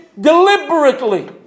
deliberately